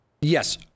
yes